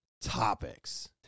topics